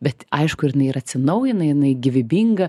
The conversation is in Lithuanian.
bet aišku ir atsinaujina jinai gyvybinga